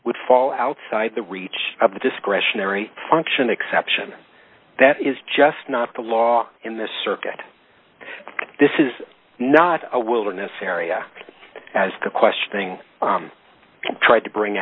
would fall outside the reach of the discretionary function exception that is just not the law in this circuit this is not a wilderness area as the questioning tried to bring